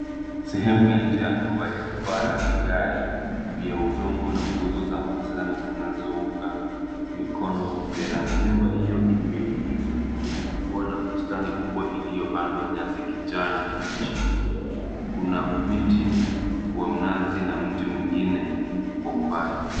Sehemu ya nje ya nyumba yenye paa la vigae vya udongo na nguzo za manjano zinazounga mikono veranda. Nyumba hiyo imezungukwa na bustani kubwa iliyopandwa nyasi kijani kibichi. Kuna miti wa mnazi na mti mwingine kwa umbali.